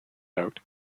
out